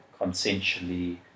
consensually